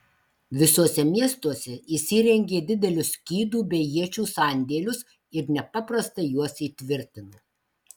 visuose miestuose jis įrengė didelius skydų bei iečių sandėlius ir nepaprastai juos įtvirtino